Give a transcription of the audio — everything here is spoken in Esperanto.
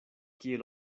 kiel